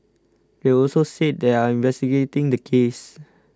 they've also said they are investigating the case